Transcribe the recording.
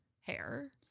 hair